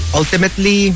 ultimately